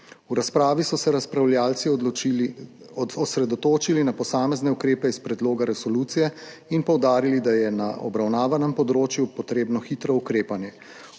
V razpravi so se razpravljavci osredotočili na posamezne ukrepe iz predloga resolucije in poudarili, da je na obravnavanem področju potrebno hitro ukrepanje.